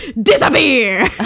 Disappear